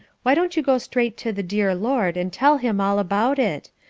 why don't you go straight to the dear lord and tell him all about it?